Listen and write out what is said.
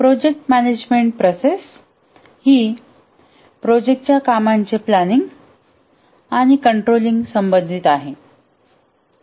project management process ही प्रोजेक्टच्या कामांचे प्लॅनिंग आणि कंन्ट्रोलिंग संबंधित आहे